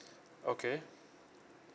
okay